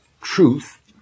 truth